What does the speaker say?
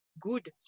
good